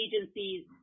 agencies